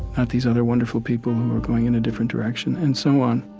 not these other wonderful people who are going in a different direction. and so on